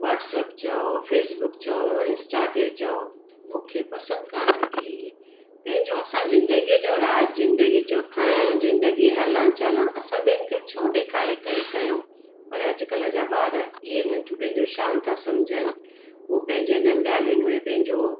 WhatsApp चयो Facebook चयो Insta ते चयो मूंखे पसंदि काने की पंहिंजो असां ज़िंदगीअ जो राज़ु ज़िंदगीअ जो खाया ज़िंदगी हलणु चलणु असां ॿियनि खे छो ॾेखारे करे कयूं पर अॼुकल्ह जा ॿार इअं हिनखे पंहिंजो शानु था समुझनि उहो पंहिंजो हिननि ॻाल्हियुनि में पंहिंजो